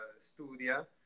studia